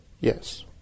Yes